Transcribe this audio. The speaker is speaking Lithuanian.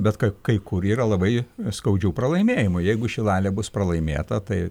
bet kad kai kur yra labai skaudžių pralaimėjimų jeigu šilalė bus pralaimėta tai